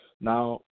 now